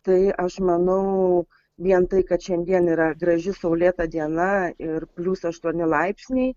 tai aš manau vien tai kad šiandien yra graži saulėta diena ir plius aštuoni laipsniai